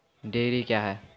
Dairy क्या हैं?